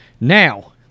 Now